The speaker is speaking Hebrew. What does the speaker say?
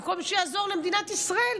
במקום שיעזור למדינת ישראל,